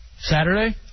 Saturday